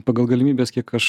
pagal galimybes kiek aš